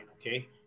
okay